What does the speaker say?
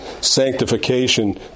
sanctification